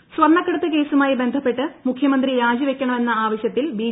സുരേന്ദ്രൻ സ്വർണക്കടത്തുകേസുമായി ബന്ധപ്പെട്ട് മുഖ്യമന്ത്രി രാജി വയ്ക്കണമെന്ന ആവശ്യത്തിൽ ബി